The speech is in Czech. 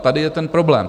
Tady je ten problém.